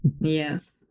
Yes